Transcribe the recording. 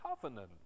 covenant